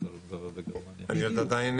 אני עדיין